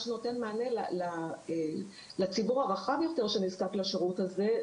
שנותן מענה לציבור הרחב יותר שנזקק לשירות הזה,